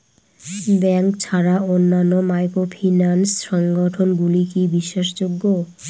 Bank ছাড়া অন্যান্য microfinance সংগঠন গুলি কি বিশ্বাসযোগ্য?